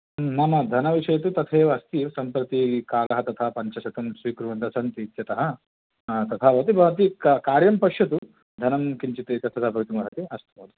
मम धनविषये तु तथैव अस्ति सम्प्रति कालः तथा पञ्चशतं स्वीकुर्वन्तस्सन्ति इत्यतः तथा भवती का कार्यं पश्यतु धनं किञ्चित् इतस्तथा भवितुमर्हति अस्तु अस्तु